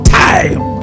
time